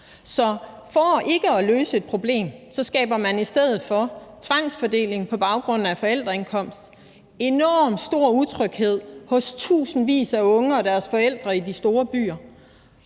Så ved ikke at løse et problem skaber man i stedet tvangsfordeling på baggrund af forældreindkomst og enormt stor utryghed hos tusindvis af unge og deres forældre i de store byer.